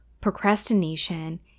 Procrastination